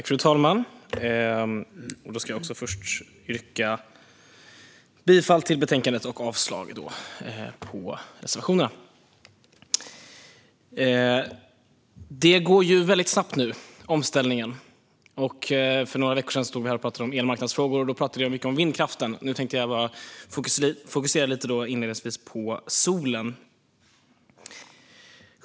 Fru talman! Jag vill först yrka bifall till utskottets förslag och avslag på reservationerna. Omställningen går snabbt nu. För några veckor sedan stod vi här och pratade om elmarknadsfrågor, och då talade vi mycket om vindkraften. Nu tänkte jag inledningsvis fokusera på solen.